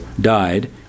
died